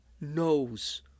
knows